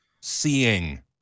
seeing